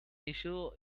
issue